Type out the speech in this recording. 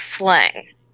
slang